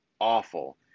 awful